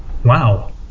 wow